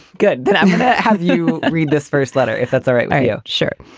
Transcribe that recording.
good. have you read this first letter? if that's all right are you sure?